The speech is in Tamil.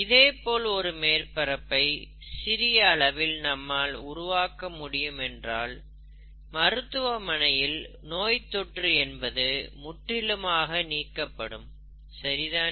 இதேபோல் ஒரு மேற்பரப்பை சிறிய அளவில் நம்மால் உருவாக்க முடியும் என்றால் மருத்துவமனையில் நோய் தொற்று என்பது முற்றிலுமாக நீக்கப்படும் சரி தானே